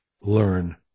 learn